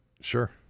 sure